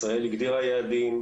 ישראל הגדירה יעדים,